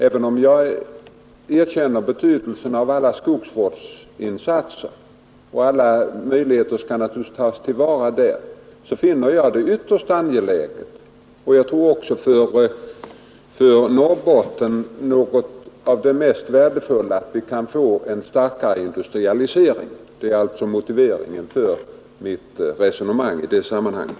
Även om jag erkänner betydelsen av alla skogsvårdsinsatser och även om alla möjligheter naturligtvis skall tas till vara där, finner jag det ytterst angeläget — och det tror jag också är det för Norrbotten mest värdefulla — att vi får en starkare industrialisering. Detta är motiveringen för mitt resonemang i det sammanhanget.